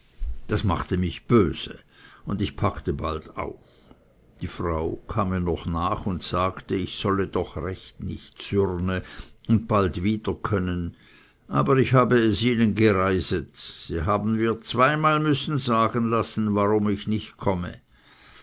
das machte mich böse und ich packte bald auf die frau kam mir noch nach und sagte ich solle doch recht nit zürne und bald wieder kommen aber ich habe es ihnen gereiset sie haben mir zweimal müssen sagen lassen warum ich nicht komme